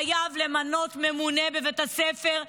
חייבים למנות ממונה בבית הספר,